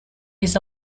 his